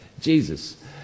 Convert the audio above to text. Jesus